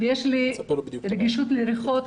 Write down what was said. יש לי רגישות נוראית לריחות,